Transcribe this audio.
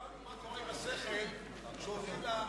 הבנו מה קורה עם השכל כשהולכים לאופוזיציה.